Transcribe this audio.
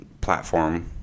platform